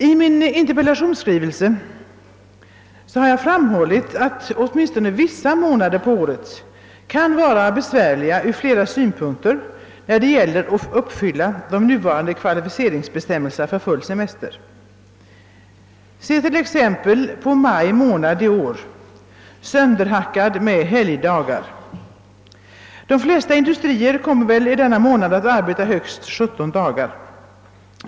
I min interpellation har jag framhållit att åtminstone vissa månader på året kan vara besvärliga ur flera synpunkter när det gäller att uppfylla de nuvarande kvalificeringsbestämmelserna för full semester. Se t.ex. på maj månad i år — sönderhackad av helgdagar! De flesta industrier kommer väl under denna månad att arbeta högst 17 dagar.